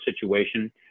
situation